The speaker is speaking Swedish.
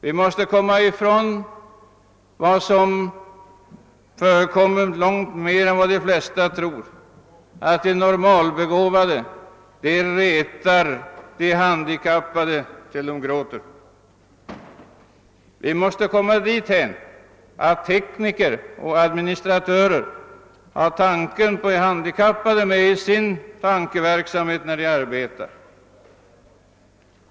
Det förekommer oftare än de flesta tror att normalbegåvade barn retas med de handikappade ända till dessa faller i gråt. Detta måste vi få slut på. Vi måste också komma dithän att tekniker och administratörer har tanken på de handikappade med i beräkningarna när de arbetar.